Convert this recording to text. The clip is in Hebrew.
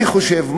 אני חושב,